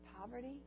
poverty